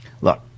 Look